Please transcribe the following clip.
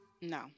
no